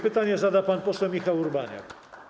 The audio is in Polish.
Pytanie zada pan poseł Michał Urbaniak.